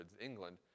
England